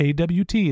AWT